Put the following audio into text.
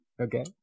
okay